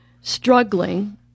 struggling